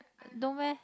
don't meh